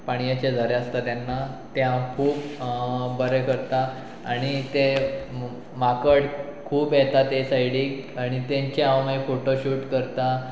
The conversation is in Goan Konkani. पाणयेचे झरे आसता तेन्ना ते हांव खूब बरें करता आनी ते माकड खूब येता ते सायडीक आनी तेंचे हांव मागीर फोटो शूट करता